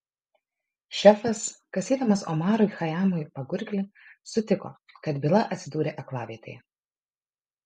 šefas kasydamas omarui chajamui pagurklį sutiko kad byla atsidūrė aklavietėje